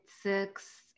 Six